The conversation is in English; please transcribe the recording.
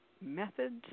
methods